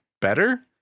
better